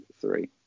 three